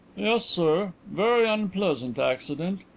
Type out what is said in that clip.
yes, sir. very unpleasant accident.